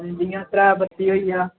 जियां त्रै बत्ती होई गेआ